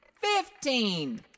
fifteen